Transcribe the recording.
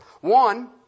One